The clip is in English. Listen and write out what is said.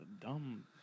Dumb